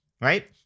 right